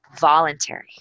voluntary